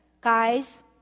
guys